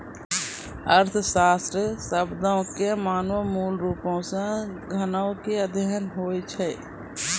अर्थशास्त्र शब्दो के माने मूलरुपो से धनो के अध्ययन होय छै